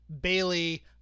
Bailey